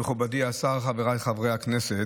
מכובדי השר, חבריי חברי הכנסת,